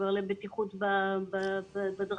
עובר לבטיחות בדרכים,